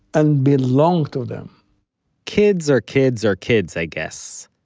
and belong to them kids are kids are kids, i guess.